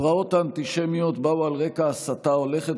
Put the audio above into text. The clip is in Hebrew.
הפרעות האנטישמיות באו על רקע הסתה הולכת